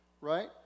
right